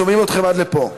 שומעים אתכם עד לפה.